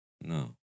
No